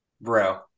Bro